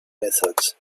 methods